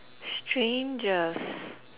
strangest